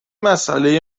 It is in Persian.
مساله